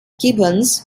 gibbons